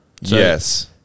Yes